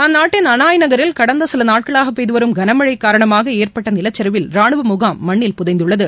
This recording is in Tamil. அந்நாட்டின் அளாய் நகரில் கடந்த சில நாட்களாக பெய்துவரும் கனமழை காரணமாக ஏற்பட்ட நிலச்சரிவில் ராணுவ முகாம் மண்ணில் புதைந்துள்ளது